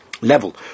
level